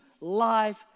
life